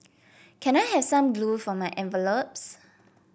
can I have some glue for my envelopes